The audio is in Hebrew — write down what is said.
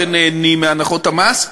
אכן נהנים מהנחות המס,